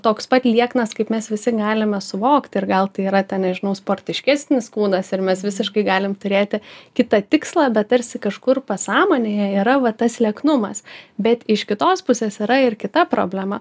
toks pat lieknas kaip mes visi galime suvokti ir gal tai yra ten nežinau sportiškesnis kūnas ir mes visiškai galim turėti kitą tikslą bet tarsi kažkur pasąmonėje yra va tas lieknumas bet iš kitos pusės yra ir kita problema